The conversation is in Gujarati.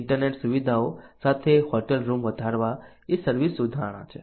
ઇન્ટરનેટ સુવિધાઓ સાથે હોટલ રૂમ વધારવા એ સર્વિસ સુધારણા છે